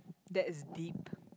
that is deep